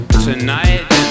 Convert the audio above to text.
Tonight